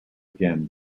again